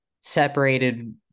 separated